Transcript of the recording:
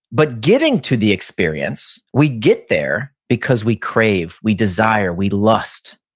but getting to the experience, we get there because we crave, we desire, we lust.